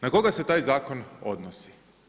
Na koga se taj zakon odnosi?